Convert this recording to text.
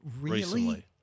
recently